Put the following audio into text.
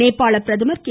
நேபாள பிரதமர் கே